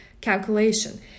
calculation